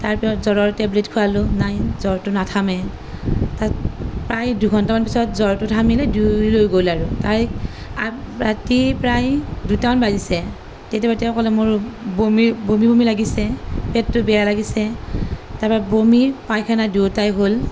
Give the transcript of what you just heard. তাৰ জ্বৰৰ টেবলেট খোৱালোঁ নাই জ্বৰটো নাথামে তাত প্ৰায় দুঘণ্টামান পিছত জ্বৰটো থামিলে দুয়ো ৰৈ গ'ল আৰু তাই আগ ৰাতি প্ৰায় দুটামান বাজিছে তেতিয়া তেওঁ ক'লে মোৰ বমি বমি বমি লাগিছে পেটটো বেয়া লাগিছে তাৰ পৰা বমি পায়খানা দুয়োটাই হ'ল